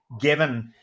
given